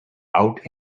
out